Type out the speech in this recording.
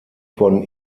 von